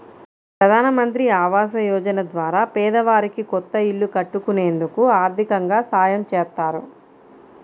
ప్రధానమంత్రి ఆవాస యోజన ద్వారా పేదవారికి కొత్త ఇల్లు కట్టుకునేందుకు ఆర్దికంగా సాయం చేత్తారు